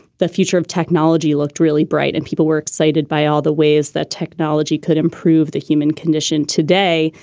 the future of technology looked really bright and people were excited by all the ways that technology could improve the human condition. today,